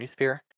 newsphere